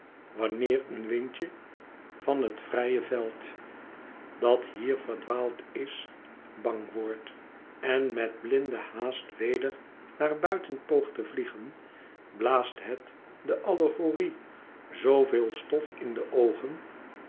wanneer een windje van het vrije veld dat hier verdwaald is bang wordt en met blinde haast weder naar buiten poogt te vliegen blaast het de allegorie zooveel stof in de oogen